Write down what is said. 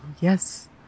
Yes